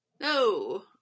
No